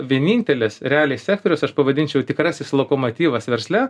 vienintelis realiai sektorius aš pavadinčiau tikrasis lokomotyvas versle